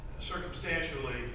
Circumstantially